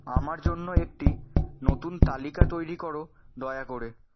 আমার জন্য একটি নতুন তালিকা তৈরি করো দয়া করে